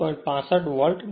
65 volt મળશે